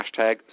hashtag